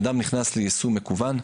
אדם נכנס ליישום מקוון,